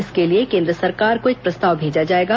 इसके लिए केंद्र सरकार को एक प्रस्ताव भेजा जाएगा